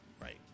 right